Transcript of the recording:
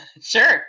Sure